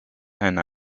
and